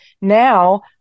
Now